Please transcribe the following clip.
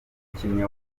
umukinnyi